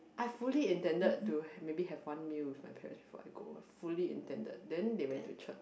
I fully intended to maybe have one meal with my parents before I go fully intended then they went to church